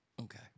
Okay